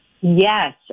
Yes